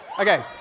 Okay